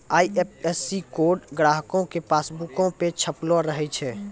IFSC code ग्राहको के पासबुको पे छपलो रहै छै